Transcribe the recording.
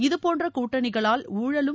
இதுபோன்ற கூட்டணிகளால் ஊழலும்